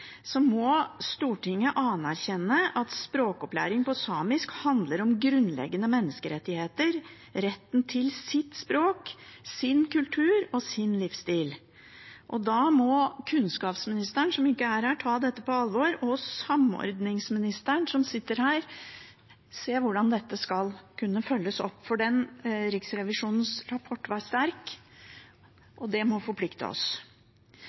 så store mangler på dette feltet når det gjelder både læremidler og lærere og fjernundervisning og en hel rekke ting, må Stortinget anerkjenne at språkopplæring på samisk handler om grunnleggende menneskerettigheter, retten til sitt språk, sin kultur og sin livsstil. Da må kunnskapsministeren, som ikke er her, ta dette på alvor, og samordningsministeren, som sitter her, må se på hvordan dette skal kunne